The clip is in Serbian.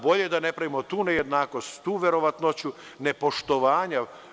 Bolje je da ne pravimo tu nejednakost, tu verovatnoću, nepoštovanja.